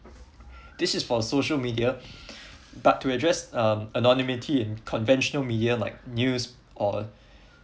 this is for social media but to address um anonymity in conventional media like news or